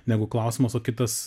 negu klausimas o kitas